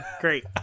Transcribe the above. Great